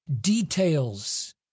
details